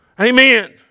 Amen